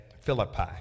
Philippi